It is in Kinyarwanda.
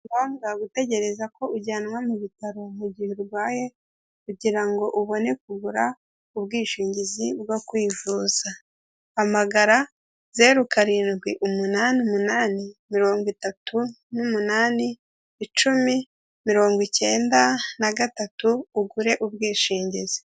Banza gutegereza ko ujyanwa mu bitaro mu gihe urwaye, kugirango ubone kugura ubwishingizi bwo kwivuza, hamagara zeru karindwi umunani umunani, mirongo itatu n'umunani icumi mirongo cyenda na gatatu, ugure ubwishingizi.